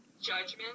judgment